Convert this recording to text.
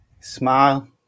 Smile